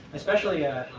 especially a